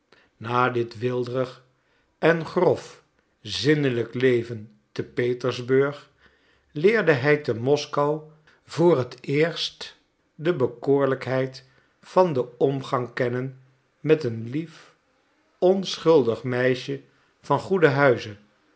na dit weelderig en grof zinnelijk leven te petersburg leerde hij te moskou voor het eerst de bekoorlijkheid van den omgang kennen met een lief onschuldig meisje van goede huize